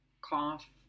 cough